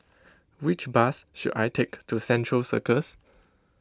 which bus should I take to Central Circus